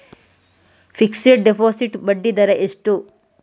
Fixed deposit ಬಡ್ಡಿ ದರ ಎಷ್ಟು?